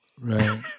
Right